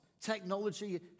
Technology